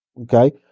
okay